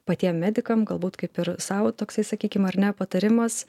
patiem medikam galbūt kaip ir sau toksai sakykim ar ne patarimas